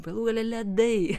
galų gale ledai